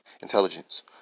intelligence